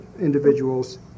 individuals